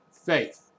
Faith